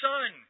Son